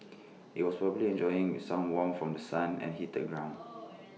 IT was probably enjoying some warmth from The Sun and heated ground